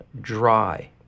dry